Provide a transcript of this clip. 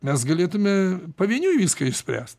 mes galėtume pavieniui viską išspręst